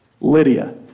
Lydia